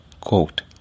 quote